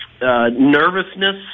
nervousness